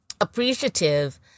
appreciative